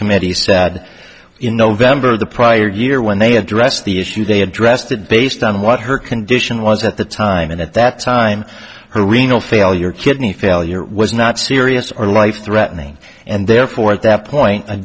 committee said in november of the prior year when they addressed the issue they addressed it based on what her condition was at the time and at that time her renal failure kidney failure was not serious or life threatening and therefore at that point